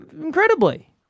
Incredibly